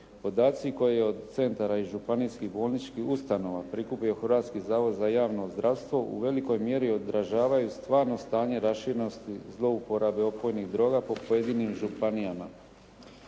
podaci koje od centara i županijskih bolničkih ustanova prikupio Hrvatski zavod za javno zdravstvo u velikoj mjeri odražavaju stvarno stanje raširenosti zlouporabe opojnih droga po pojedinim županijama.